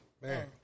man